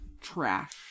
trash